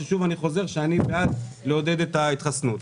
ששוב אני חוזר שאני בעד לעודד את ההתחסנות.